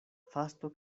fasto